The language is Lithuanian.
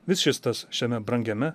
vis šis tas šiame brangiame